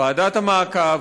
ועדת המעקב,